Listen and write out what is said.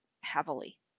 heavily